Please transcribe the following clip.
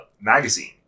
magazine